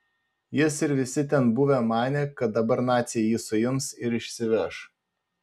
jis ir visi ten buvę manė kad dabar naciai jį suims ir išsiveš